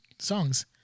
songs